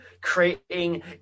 creating